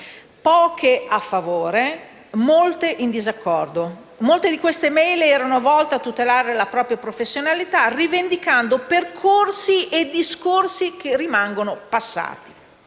poche a favore, molte in disaccordo. Molte di queste *e-mail* erano volte a tutelare la propria professionalità rivendicando percorsi e discorsi che appartengono al passato.